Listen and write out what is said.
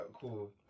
cool